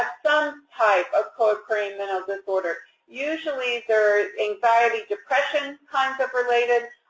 some type of co-occurring mental disorder. usually, they're anxiety, depression kinds of related.